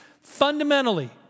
fundamentally